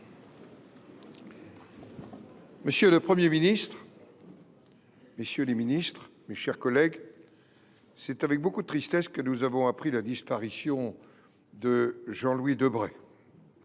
Monsieur le Premier ministre, messieurs les ministres, mes chers collègues, c’est avec beaucoup de tristesse que nous avons appris la disparition de Jean Louis Debré.